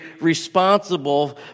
responsible